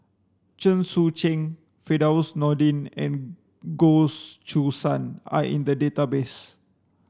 Chen Sucheng Firdaus Nordin and Goh Choo San are in the database